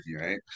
right